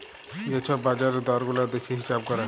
যে ছব বাজারের দর গুলা দ্যাইখে হিঁছাব ক্যরে